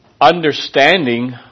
understanding